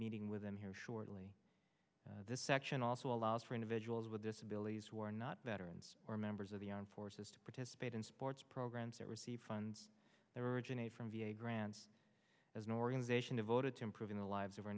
meeting with them here shortly this section also allows for individuals with disabilities who are not veterans or members of the armed forces to participate in sports programs that receive funds there originate from v a grants as an organization devoted to improving the lives of our